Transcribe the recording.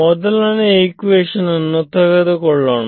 ಮೊದಲನೇ ಇಕ್ವಿಷನ್ ತೆಗೆದುಕೊಳ್ಳೋಣ